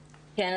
כן.